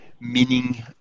meaning